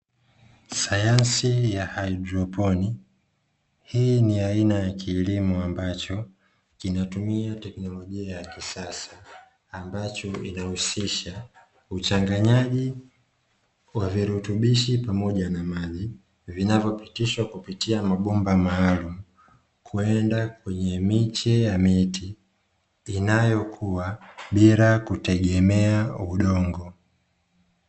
Sayansi ya haidroponi. Hii ni aina ya kilimo ambacho kinatumia teknolojia ya kisasa ambayo inahusisha uchanganyaji wa virutubishi pamoja na maji, vinavyopitishwa kupitia mabomba maalumu kwenda kwenye miche ya miti inayokua bila kutegemea udongo.